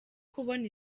kubona